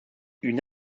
une